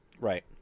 Right